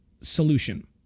solution